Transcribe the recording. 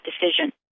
decision